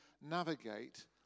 navigate